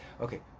Okay